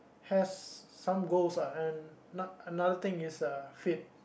has some goals ah and another thing is uh fit